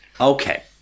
Okay